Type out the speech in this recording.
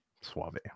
Suave